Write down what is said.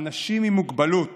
אנשים עם מוגבלות